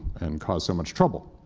and cause so much trouble.